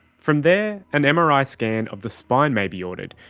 from there, an mri scan of the spine may be ordered,